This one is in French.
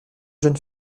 jeune